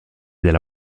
della